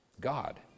God